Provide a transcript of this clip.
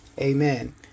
Amen